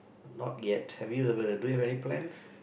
not yet have you ever do you have any plans